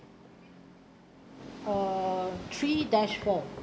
uh three dash four